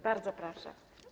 Bardzo proszę.